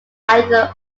either